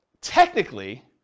technically